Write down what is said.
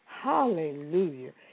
Hallelujah